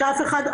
שאף אחד,